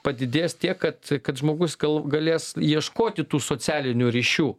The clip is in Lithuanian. padidės tiek kad kad žmogus gal galės ieškoti tų socialinių ryšių